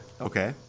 Okay